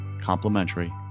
complimentary